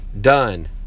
done